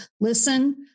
listen